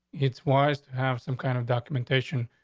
it's wise to have some kind of documentation.